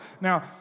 Now